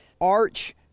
arch